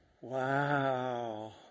Wow